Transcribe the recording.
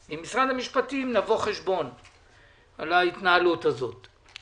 עם משרד המשפטים נבוא חשבון על ההתנהלות הזאת.